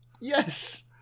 Yes